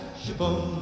shaboom